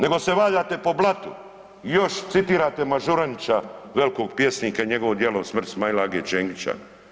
Nego se valjate po blatu i još citirate Mažuranića, velikog pjesnika i njegovo djelo „Smrt Smail-age Čengića“